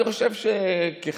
אני חושב שככלל,